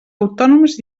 autònoms